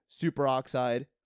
superoxide